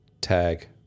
tag